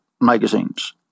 magazines